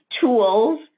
tools